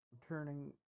returning